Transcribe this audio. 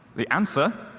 the answer